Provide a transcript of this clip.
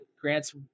Grant's